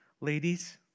Ladies